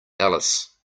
alice